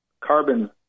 carbon